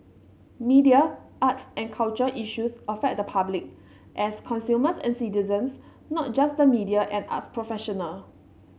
media arts and culture issues affect the public as consumers and citizens not just the media and arts professional